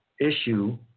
issue